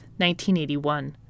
1981